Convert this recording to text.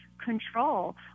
control